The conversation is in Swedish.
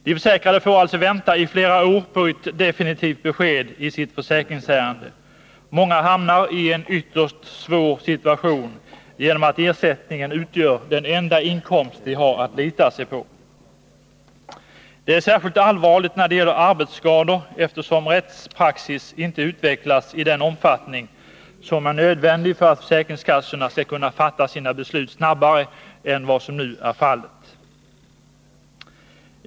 De försäkrade får vänta i flera år på definitivt besked i sina försäkringsärenden. Många hamnar i en ytterst svår ekonomisk situation genom att ersättningen utgör den enda inkomst de har att förlita sig på. Det är särskilt allvarligt när det gäller arbetsskador, eftersom rättspraxis inte utvecklas i den omfattning som är nödvändig för att försäkringskassorna skall kunna fatta sina beslut snabbare än vad som nu är fallet.